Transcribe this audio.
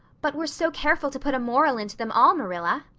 but we're so careful to put a moral into them all, marilla,